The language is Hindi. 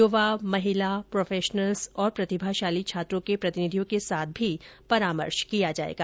युवा महिला प्रोफेशनल्स और प्रतिभाशाली छात्रों के प्रतिनिधियों के साथ भी परामर्श किया जाएगा